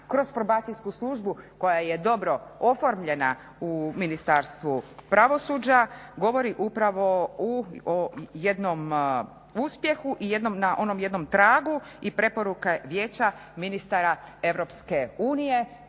kroz Probacijsku službu koja je dobro oformljena u Ministarstvu pravosuđa govori upravo u jednom uspjehu i na onom jednom tragu i preporuka je vijeća, Ministara EU kako